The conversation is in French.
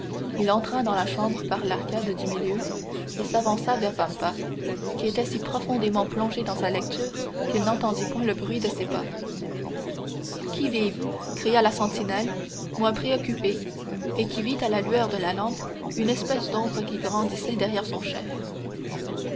il entra dans la chambre par l'arcade du milieu et s'avança vers vampa qui était si profondément plongé dans sa lecture qu'il n'entendit point le bruit de ses pas qui vive cria la sentinelle moins préoccupée et qui vit à la lueur de la lampe une espèce d'ombre qui grandissait derrière son chef